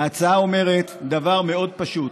ההצעה אומרת דבר מאוד פשוט: